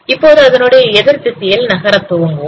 இப்போது அதனுடைய எதிர்திசையில் நகரத் துவங்குவோம்